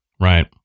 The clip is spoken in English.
Right